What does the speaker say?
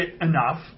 enough